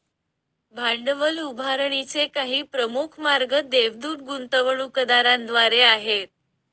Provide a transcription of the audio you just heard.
भांडवल उभारणीचे काही प्रमुख मार्ग देवदूत गुंतवणूकदारांद्वारे आहेत